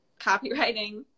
copywriting